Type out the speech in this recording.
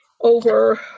over